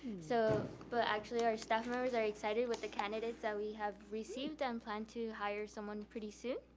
so but actually our staff members are excited with the candidates that we have received and plan to hire someone pretty soon.